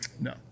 No